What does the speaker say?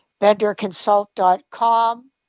vendorconsult.com